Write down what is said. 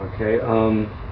Okay